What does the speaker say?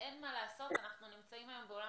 אין מה לעשות אנחנו נמצאים היום בעולם